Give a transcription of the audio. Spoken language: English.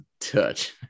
touch